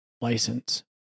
license